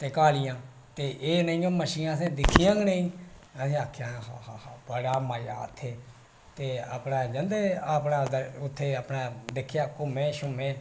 ते कालियां ते एह् नेहियां मच्छियां असें दिक्खियां गै नेईं असें आखेआ बड़ा मजा हा उत्थै ते अपना जंदे में अपना उत्थै दिक्खेआ धूमे शूमे